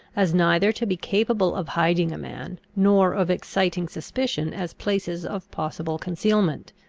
as neither to be capable of hiding a man, nor of exciting suspicion as places of possible concealment.